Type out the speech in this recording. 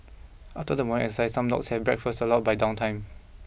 after the one exercise some dogs have breakfast allowed by downtime